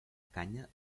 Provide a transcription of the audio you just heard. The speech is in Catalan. canya